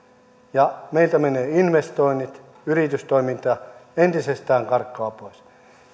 ja meiltä menevät investoinnit yritystoiminta entisestään karkaavat pois